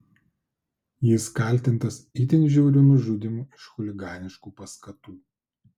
jis kaltintas itin žiauriu nužudymu iš chuliganiškų paskatų